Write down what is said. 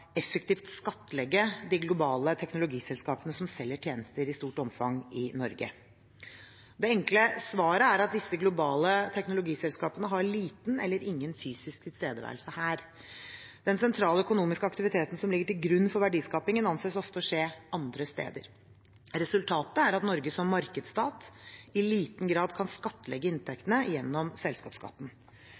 effektivt skattlegge de globale teknologiselskapene som selger tjenester av stort omfang i Norge? Det enkle svaret er at disse globale teknologiselskapene har liten eller ingen fysisk tilstedeværelse her. Den sentrale økonomiske aktiviteten som ligger til grunn for verdiskapingen, anses ofte å skje andre steder. Resultatet er at Norge som markedsstat i liten grad kan skattlegge inntektene gjennom selskapsskatten.